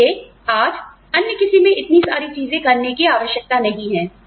इसलिए आज अन्य किसी मे इतनी सारी चीजें करने की आवश्यकता नहीं है